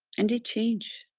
and they change.